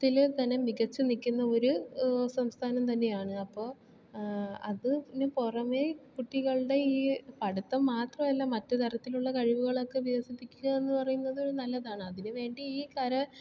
ത്തില് തന്നെ മികച്ച് നിൽക്കുന്ന ഒര് സംസ്ഥാനം തന്നെയാണ് അപ്പോൾ അതിന് പുറമെ കുട്ടികളുടെ ഈ പഠിത്തം മാത്രമല്ല മറ്റുതരത്തിലുള്ള കഴിവുകളൊക്കെ വികസിപ്പിക്കുക എന്ന് പറയുന്നത് ഒരു നല്ലതാണ് അതിനുവേണ്ടി ഈ കര